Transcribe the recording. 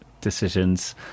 decisions